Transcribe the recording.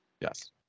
Yes